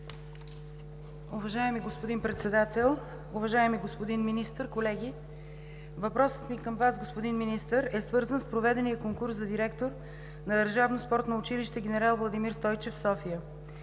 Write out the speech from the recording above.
Уважаеми господин Председател, уважаеми господин Министър, колеги! Въпросът ми към Вас, господин Министър, е свързан с проведения конкурс за директор на Национално спортно училище „Генерал Владимир Стойчев“ в София.